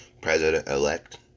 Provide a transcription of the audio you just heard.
president-elect